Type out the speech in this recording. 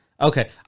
Okay